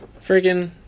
freaking